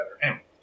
better